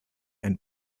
and